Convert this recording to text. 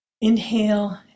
inhale